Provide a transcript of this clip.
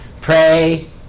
Pray